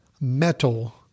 metal